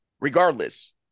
regardless